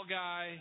guy